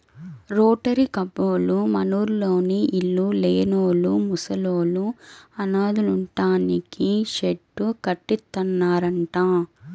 rotary కబ్బోళ్ళు మనూర్లోని ఇళ్ళు లేనోళ్ళు, ముసలోళ్ళు, అనాథలుంటానికి షెడ్డు కట్టిత్తన్నారంట